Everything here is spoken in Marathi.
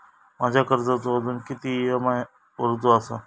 माझ्या कर्जाचो अजून किती ई.एम.आय भरूचो असा?